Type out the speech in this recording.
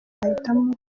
ahitamo